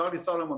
צ'רלי סולומון,